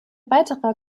weiterer